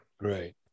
Right